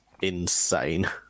insane